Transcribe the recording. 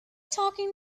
talking